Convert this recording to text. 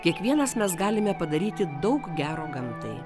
kiekvienas mes galime padaryti daug gero gamtai